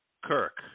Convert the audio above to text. Kirk